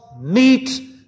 meet